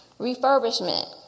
refurbishment